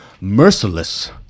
merciless